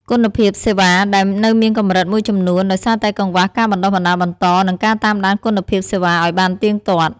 គុណភាពសេវា ដែលនៅមានកម្រិតមួយចំនួន ដោយសារតែកង្វះការបណ្តុះបណ្តាលបន្ត និងការតាមដានគុណភាពសេវាឱ្យបានទៀងទាត់។